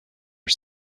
are